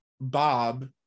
bob